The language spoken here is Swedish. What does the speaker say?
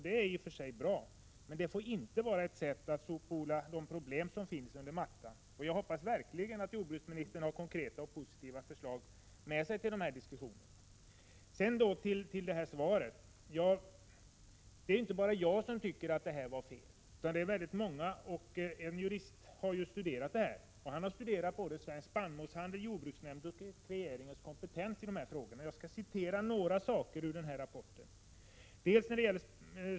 Det är i och för sig bra, men det får inte vara ett sätt att sopa de problem som finns under mattan, och jag hoppas verkligen att jordbruksministern har konkreta och positiva förslag med sig till dessa diskussioner. Sedan till svaret. Det är inte bara jag som tycker att förslaget var fel, utan många andra. Även en jurist har studerat både Svensk spannmålshandels, jordbruksnämndens och regeringens kompetens i de här frågorna. Jag skall citera några saker ur hans rapport.